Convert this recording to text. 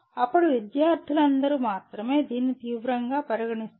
అప్పుడు విద్యార్థులందరూ మాత్రమే దీనిని తీవ్రంగా పరిగణిస్తారు